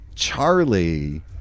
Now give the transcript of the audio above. Charlie